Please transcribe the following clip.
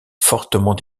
fortement